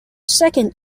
second